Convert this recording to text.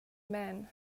men